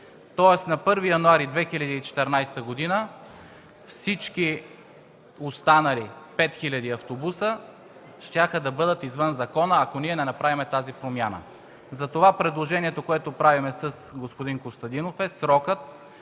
Тоест на 1 януари 2014 г. всички останали 5000 автобуса щяха да бъдат извън закона, ако ние не направим тази промяна. Затова предложението, което правим с господин Костадинов, е срокът